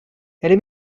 elle